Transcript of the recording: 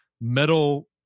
metal